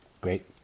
Great